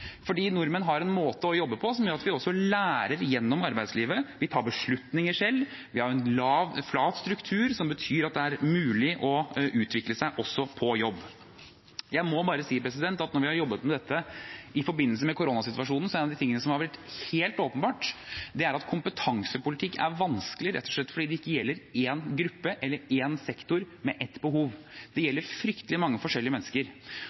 fordi nordmenn har en måte å jobbe på som gjør at vi også lærer gjennom arbeidslivet. Vi tar beslutninger selv, vi har en flat struktur, som betyr at det er mulig å utvikle seg også på jobb. Jeg må bare si at når vi har jobbet med dette i forbindelse med koronasituasjonen, er en av de tingene som har blitt helt åpenbart, at kompetansepolitikk er vanskelig rett og slett fordi det ikke gjelder én gruppe eller én sektor med ett behov, det gjelder fryktelig mange forskjellige mennesker.